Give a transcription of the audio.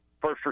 first